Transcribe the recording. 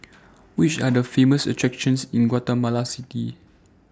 Which Are The Famous attractions in Guatemala City